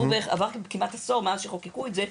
עבר כמעט עשור מאז שחוקקו את זה.